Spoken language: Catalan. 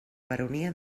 baronia